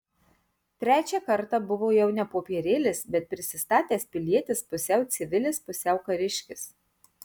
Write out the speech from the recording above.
trečią kartą buvo jau ne popierėlis bet prisistatęs pilietis pusiau civilis pusiau kariškis